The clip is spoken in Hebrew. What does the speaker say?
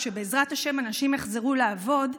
כשבעזרת השם אנשים יחזרו לעבוד,